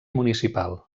municipal